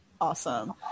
Awesome